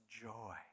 joy